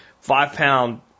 five-pound